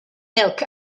milk